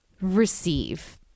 receive